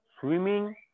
swimming